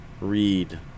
Read